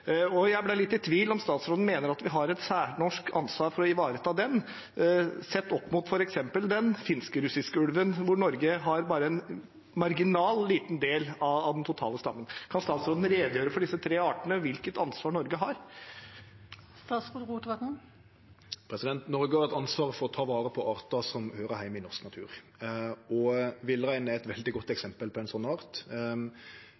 og jeg ble litt i tvil om statsråden mener at vi har et særnorsk ansvar for å ivareta den, sett opp mot f.eks. den finsk-russiske ulven, hvor Norge har bare en marginal, liten del av den totale stammen. Kan statsråden redegjøre for disse tre artene, hvilket ansvar Norge har? Noreg har eit ansvar for å ta vare på artar som høyrer heime i norsk natur, og villreinen er eit veldig godt